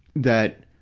that,